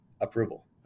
approval